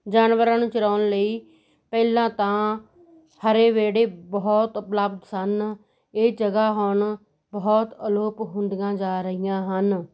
ਜਾਨਵਰਾਂ ਨੂੰ ਚਰਾਉਣ ਲਈ ਪਹਿਲਾਂ ਤਾਂ ਹਰੇ ਵਿਹੜੇ ਬਹੁਤ ਉਪਲੱਬਧ ਸਨ ਇਹ ਜਗ੍ਹਾ ਹੁਣ ਬਹੁਤ ਅਲੋਪ ਹੁੰਦੀਆਂ ਜਾ ਰਹੀਆਂ ਹਨ